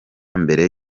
mbere